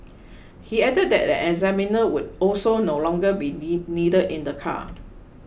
he added that an examiner would also no longer be needed in the car